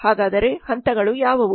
ಹಾಗಾದರೆ ಹಂತಗಳು ಯಾವುವು